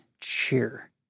cheer